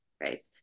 right